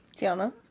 tiana